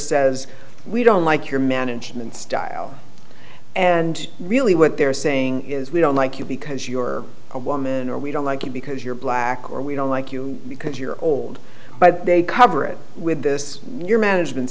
says we don't like your management style and really what they're saying is we don't like you because you're a woman or we don't like you because you're black or we don't like you because you're old but they cover it with this your management